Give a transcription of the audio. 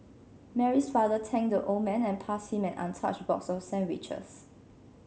Mary's father thanked the old man and passed him an untouched box of sandwiches